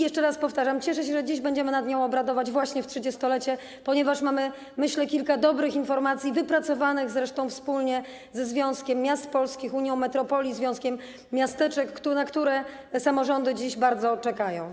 Jeszcze raz powtarzam: cieszę się, że dziś będziemy nad nią obradować, właśnie w trzydziestolecie, ponieważ mamy, myślę, kilka dobrych informacji, wypracowanych zresztą wspólnie ze Związkiem Miast Polskich, Unią Metropolii Polskich, związkiem miasteczek, na które samorządy bardzo czekają.